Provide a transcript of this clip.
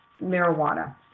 marijuana